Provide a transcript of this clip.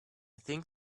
think